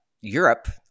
europe